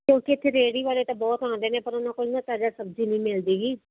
ਕਿਉਂਕਿ ਇੱਥੇ ਰੇਹੜੀ ਵਾਲੇ ਤੇ ਬਹੁਤ ਆਉਂਦੇ ਨੇ ਪਰ ਉਹਨਾਂ ਕੋਲ ਨਾ ਤਾਜ਼ਾ ਸਬਜ਼ੀ ਨਹੀਂ ਮਿਲਦੀ ਗੀ